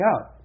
out